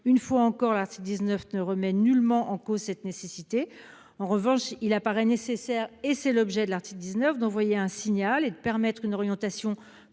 Une fois encore, l'article 19 ne remet nullement en cause cette nécessité. En revanche, il apparaît nécessaire- tel est bien l'objet de cet article -d'envoyer un signal et de permettre une orientation